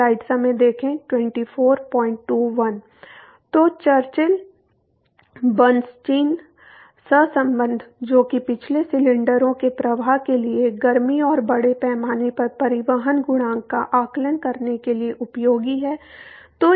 तो Churchill Bernstein सहसंबंध जो कि पिछले सिलेंडरों के प्रवाह के लिए गर्मी और बड़े पैमाने पर परिवहन गुणांक का आकलन करने के लिए उपयोगी है